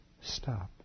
stop